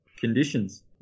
conditions